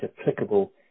applicable